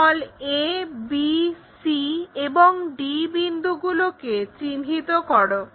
a b c এবং d বিন্দুগুলোকে চিহ্নিত করো